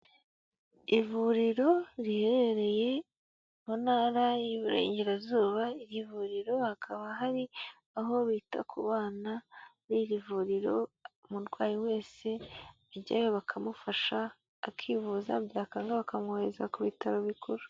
Ivuriro riherereye mu Ntara y'Iburengerazuba, iri vuriro hakaba hari aho bita ku bana, muri iri vuriro umurwayi wese ajyayo bakamufasha akivuza byakanga bakamwohereza ku bitaro bikuru.